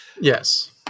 Yes